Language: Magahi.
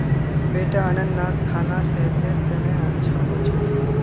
बेटा अनन्नास खाना सेहतेर तने अच्छा हो छेक